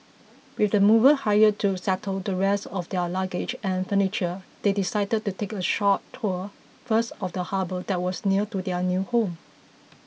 with the movers hired to settle the rest of their luggage and furniture they decided to take a short tour first of the harbour that was near their new home